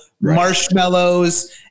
marshmallows